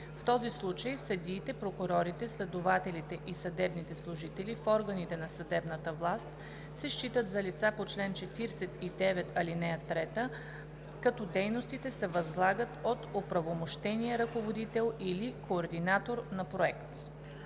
В този случай съдиите, прокурорите, следователите и съдебните служители в органите на съдебната власт се считат за лица по чл. 49, ал. 3, като дейностите се възлагат от оправомощения ръководител или координатор на проект.“